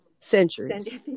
Centuries